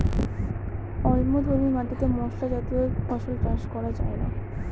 অম্লধর্মী মাটিতে কি আমি মশলা জাতীয় ফসল চাষ করতে পারি?